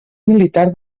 militar